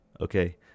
Okay